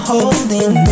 Holding